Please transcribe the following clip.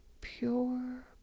Pure